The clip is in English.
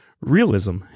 Realism